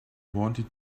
wanted